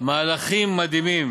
באתי מפני שאמרת, מהלכים מדהימים.